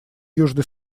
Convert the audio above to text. южный